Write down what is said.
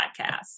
podcast